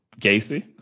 Gacy